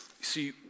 See